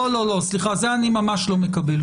לא, לא, את זה אני ממש לא מקבל.